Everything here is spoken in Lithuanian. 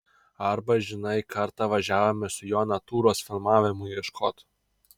arba žinai kartą važiavome su juo natūros filmavimui ieškot